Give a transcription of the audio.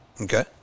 Okay